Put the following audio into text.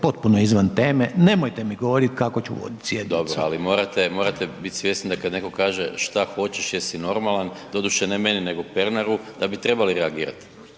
potpuno izvan teme, nemojte mi govorit kako ću vodit sjednicu. **Maras, Gordan (SDP)** Dobro, ali morate, morate bit svjesni da kad neko kaže šta hoćeš, jesi normalan, doduše ne meni nego Pernaru, da bi trebali reagirat.